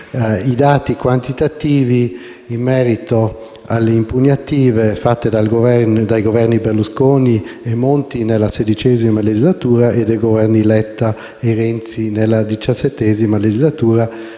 i dati quantitativi in merito alle impugnative fatte dai Governi Berlusconi e Monti nella XVI legislatura e dai Governi Letta e Renzi nella XVII legislatura.